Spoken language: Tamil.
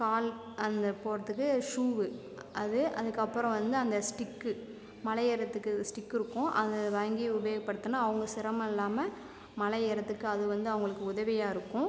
கால் அங்கே போடுறதுக்கு ஷூவு அது அதுக்கு அப்புறம் வந்து அந்த ஸ்டிக்கு மலை ஏறுறதுக்கு ஸ்டிக்கு இருக்கும் அதை வாங்கி உபயோகபடுத்துனா அவங்க சிரமம் இல்லாமல் மலை ஏறுறதுக்கு அது வந்து அவங்களுக்கு உதவியாக இருக்கும்